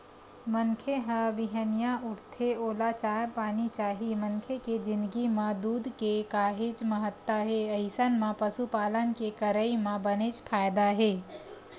मनखे ह बिहनिया उठथे ओला चाय पानी चाही मनखे के जिनगी म दूद के काहेच महत्ता हे अइसन म पसुपालन के करई म बनेच फायदा हे